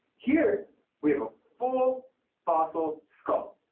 here we have a full fossil skull.